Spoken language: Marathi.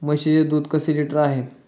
म्हशीचे दूध कसे लिटर आहे?